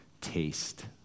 taste